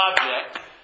object